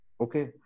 Okay